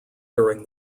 during